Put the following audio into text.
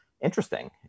interesting